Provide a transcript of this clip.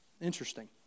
Interesting